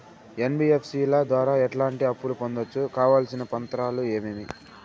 NBFC ల ద్వారా ఎట్లాంటి అప్పులు పొందొచ్చు? కావాల్సిన పత్రాలు ఏమేమి?